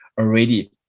already